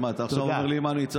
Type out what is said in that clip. אז מה, אתה עכשיו אומר לי מה להיצמד?